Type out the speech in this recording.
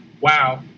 wow